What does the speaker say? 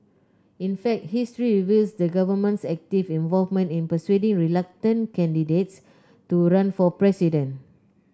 in fact history reveals the government's active involvement in persuading reluctant candidates to run for president